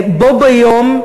בו ביום,